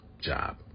job